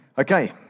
Okay